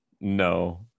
no